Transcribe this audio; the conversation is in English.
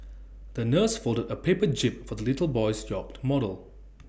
the nurse folded A paper jib for the little boy's yacht model